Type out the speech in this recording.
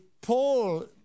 Paul